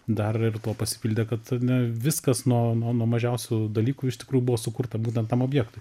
dar ir tuo pasipildė kad ane viskas nuo nuo nuo mažiausių dalykų iš tikrųjų buvo sukurta būtent tam objektui